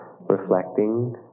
reflecting